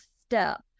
step